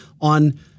on